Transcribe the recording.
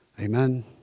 Amen